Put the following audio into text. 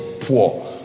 poor